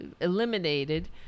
eliminated